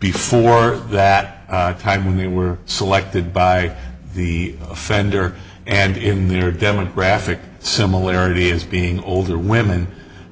before that time when they were selected by the offender and in their demographic similarity as being older women